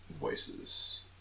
voices